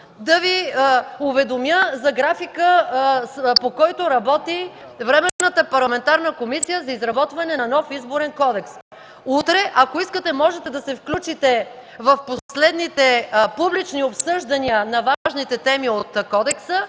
да Ви уведомя за графика, по който работи Временната парламентарна комисия за изработване на нов Изборен кодекс. Утре, ако искате, може да се включите в последните публични обсъждания на важните теми от кодекса.